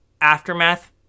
Aftermath